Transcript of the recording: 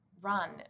run